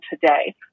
today